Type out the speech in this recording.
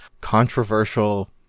controversial